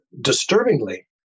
disturbingly